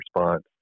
response